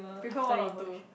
before one or two